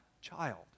child